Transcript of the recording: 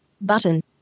Button